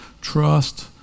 Trust